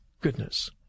goodness